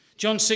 John